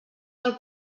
del